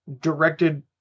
directed